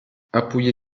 appuyé